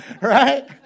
right